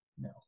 no